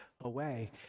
away